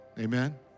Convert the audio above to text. Amen